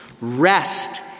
rest